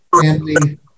family